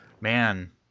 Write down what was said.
man